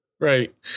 Right